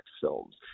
films